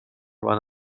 one